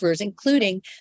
including